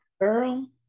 girl